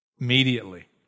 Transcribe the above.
immediately